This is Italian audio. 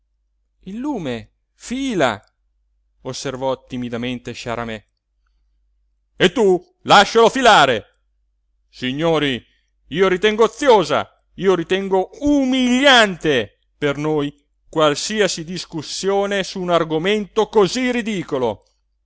il lume fila osservò timidamente sciaramè e tu lascialo filare signori io ritengo oziosa io ritengo umiliante per noi qualsiasi discussione su un argomento cosí ridicolo